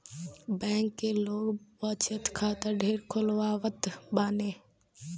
bank में लोग बचत खाता ढेर खोलवावत बाने